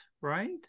right